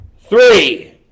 Three